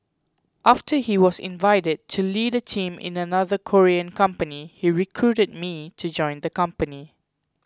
after he was invited to lead a team in another Korean company he recruited me to join the company